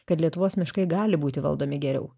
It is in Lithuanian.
kad lietuvos miškai gali būti valdomi geriau